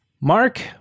Mark